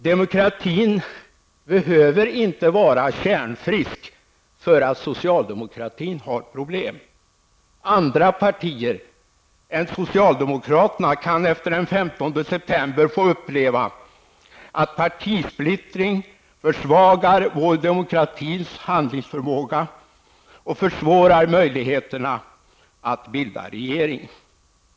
Demokratin behöver inte vara kärnfrisk därför att socialdemokratin har problem. Andra partier än socialdemokraterna kan efter den 15 september få uppleva att partisplittring försvagar vår demokratis handlingsförmåga och försvårar möjligheterna att bilda regering.